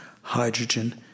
hydrogen